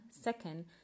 Second